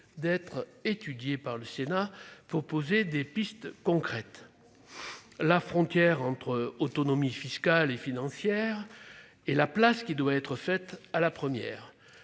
d'être étudiés par le Sénat pour tracer des pistes concrètes : la frontière entre autonomie fiscale et financière et la place qui doit être faite à la première